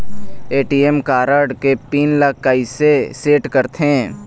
ATM card के pin ला कैसे सेट करथे?